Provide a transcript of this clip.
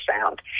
sound